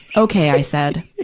okay i said.